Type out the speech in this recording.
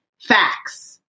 facts